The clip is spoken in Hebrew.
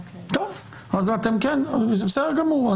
בסדר גמור.